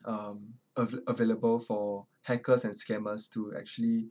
um av~ available for hackers and scammers to actually